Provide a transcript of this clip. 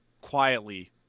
quietly